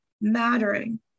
mattering